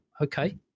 okay